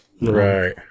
Right